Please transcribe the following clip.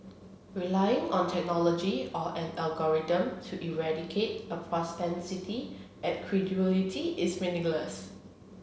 relying on technology or an algorithm to eradicate a propensity at credulity is meaningless